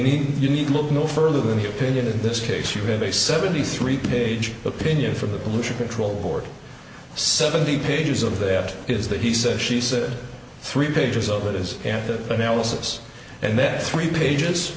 need you need look no further than the opinion in this case really seventy three page opinion from the pollution control board seventy pages of that is that he said she said three pages of it is an analysis and then three pages